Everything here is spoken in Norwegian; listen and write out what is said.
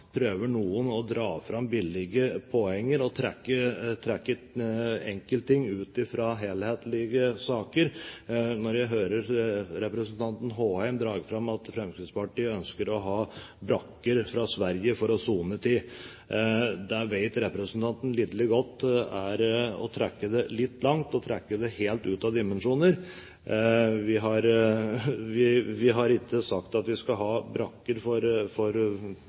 trekke enkeltting ut fra helhetlige saker. Når representanten Håheim trekker fram at Fremskrittspartiet ønsker å få brakker fra Sverige til å sone i, så vet representanten lidderlig godt at det er å trekke det litt langt – det er å trekke det helt ut av proporsjoner. Vi har ikke sagt at vi skal ha brakker for vanlig soning i Norge. Dette er for